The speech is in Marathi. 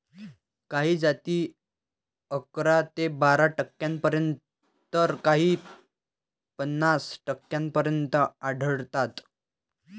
काही जाती अकरा ते बारा टक्क्यांपर्यंत तर काही पन्नास टक्क्यांपर्यंत आढळतात